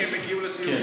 כי הם הגיעו לשיעור.